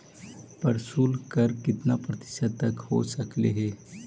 प्रशुल्क कर कितना प्रतिशत तक हो सकलई हे?